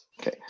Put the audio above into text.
Okay